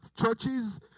churches